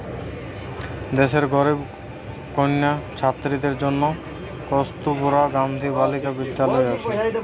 দেশের গরিব কন্যা ছাত্রীদের জন্যে কস্তুরবা গান্ধী বালিকা বিদ্যালয় আছে